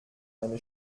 eine